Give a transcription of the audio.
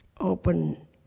open